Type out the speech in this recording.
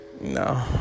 No